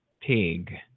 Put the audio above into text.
pig